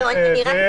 עכשיו